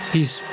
Peace